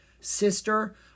Sister